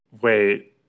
wait